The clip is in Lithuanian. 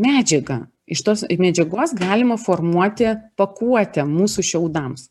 medžiagą iš tos medžiagos galima formuoti pakuotę mūsų šiaudams